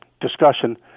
discussion